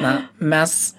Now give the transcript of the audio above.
na mes